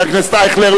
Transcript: חבר הכנסת אייכלר,